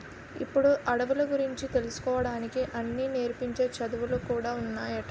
ఇప్పుడు అడవుల గురించి తెలుసుకోడానికి అన్నీ నేర్పించే చదువులు కూడా ఉన్నాయట